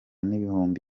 n’ibihumbi